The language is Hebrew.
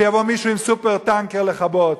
שיבוא מישהו עם "סופר-טנקר" לכבות.